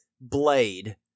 blade